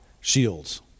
shields